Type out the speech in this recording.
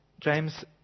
James